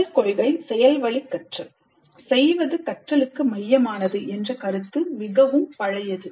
முதல் கொள்கை " செயல் வழிக்கற்றல்" செய்வது கற்றலுக்கு மையமானது என்ற கருத்து மிகவும் பழையது